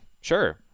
Sure